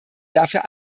dafür